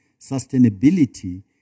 sustainability